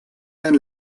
ein